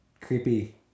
creepy